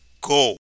go